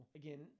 again